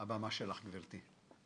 הבמה שלך, גברתי.